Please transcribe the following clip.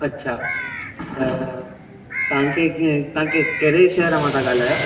अच्छा त तव्हांखे कीअं तव्हां कहिड़े शहरु मां था ॻाल्हायो